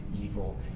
evil